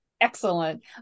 Excellent